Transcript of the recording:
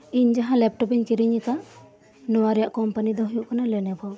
ᱤᱧ ᱡᱟᱦᱟᱸ ᱞᱮᱯᱴᱚᱯ ᱤᱧ ᱠᱤᱨᱤᱧ ᱟᱠᱟᱫ ᱱᱚᱣᱟᱨᱮᱭᱟᱜ ᱠᱚᱢᱯᱟᱱᱤ ᱫᱚ ᱦᱩᱭᱩᱜ ᱠᱟᱱᱟ ᱞᱮᱱᱳᱵᱷᱚ